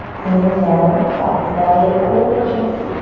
inhale, drop the belly. open the chest.